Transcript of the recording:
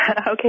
Okay